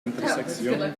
intersección